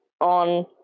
on